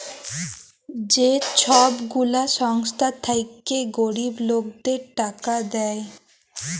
যে ছব গুলা সংস্থা থ্যাইকে গরিব লকদের টাকা দেয়